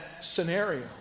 scenario